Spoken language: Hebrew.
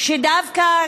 דווקא,